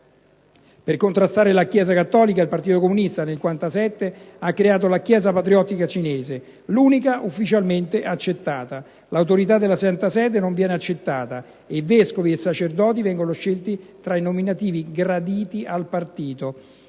Per contrastare la Chiesa cattolica, il Partito comunista, nel 1957, ha creato la Chiesa patriottica cinese, l'unica ufficialmente accettata. L'autorità della Santa Sede non viene accettata e vescovi e sacerdoti vengono scelti tra i nominativi graditi al Partito.